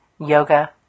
yoga